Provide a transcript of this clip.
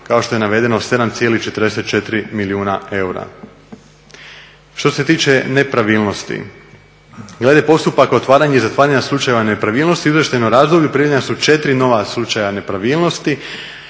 kao što je navedeno 7,44 milijuna eura. Što se tiče nepravilnosti, glede postupaka otvaranja i zatvaranja slučajeva nepravilnosti u izvještajnom razdoblju primljena su 4 nova slučaja nepravilnosti.